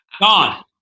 Gone